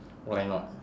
why not